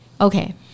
okay